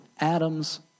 Adam's